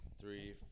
three